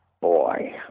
boy